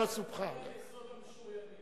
כל עוד זה הסדר, אין מחלוקת.